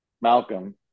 Malcolm